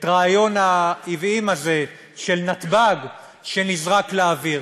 את רעיון העוועים הזה של נתב"ג שנזרק לאוויר.